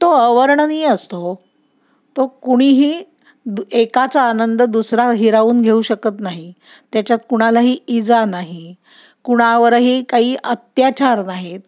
तो अवर्णनीय असतो तो कुणीही दु एकाचा आनंद दुसरा हिरावून घेऊ शकत नाही त्याच्यात कुणालाही इजा नाही कुणावरही काही अत्याचार नाहीत